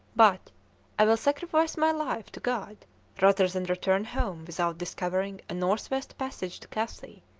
but i will sacrifice my life to god rather than return home without discovering a north-west passage to cathay,